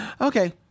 Okay